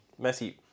Messi